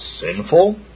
sinful